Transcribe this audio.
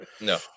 No